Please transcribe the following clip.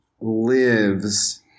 lives